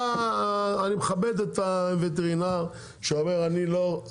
אני מכבד את הווטרינר שאומר אני לא,